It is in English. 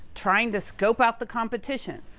trying to scope out the competition?